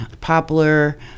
poplar